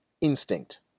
instinct